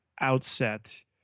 outset